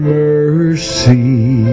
mercy